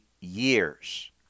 years